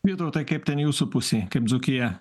vytautai kaip ten jūsų pusėj kaip dzūkija